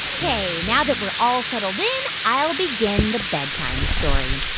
ok. now that we're all settled in, i'll begin the bedtime story.